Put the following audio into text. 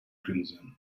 crimson